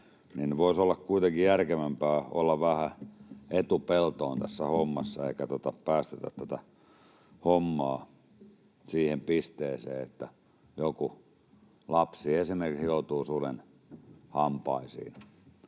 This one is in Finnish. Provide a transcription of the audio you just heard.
voisi olla kuitenkin järkevämpää olla vähän etupeltoon tässä hommassa eikä päästetä tätä hommaa siihen pisteeseen, että joku lapsi esimerkiksi joutuu suden hampaisiin.